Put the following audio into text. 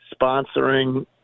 sponsoring